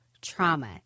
trauma